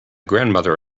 grandmother